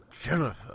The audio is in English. Jennifer